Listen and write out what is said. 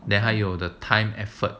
then 还有 the time effort